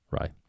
right